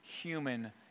human